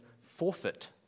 forfeit